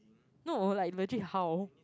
no like legit how